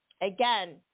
again